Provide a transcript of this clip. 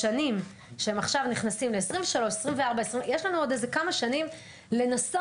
בשנים שהם עכשיו נכנסים 2025-2023. יש לנו עוד כמה שנים לנסות